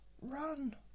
Run